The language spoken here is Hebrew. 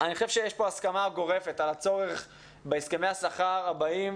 אני חושב שיש פה הסכמה גורפת על הצורך בהסכמי השכר הבאים